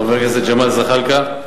חבר הכנסת ג'מאל זחאלקה,